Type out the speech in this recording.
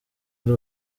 ari